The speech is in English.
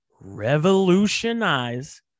revolutionize